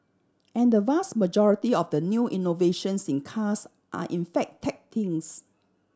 and the vast majority of the new innovations in cars are in fact tech things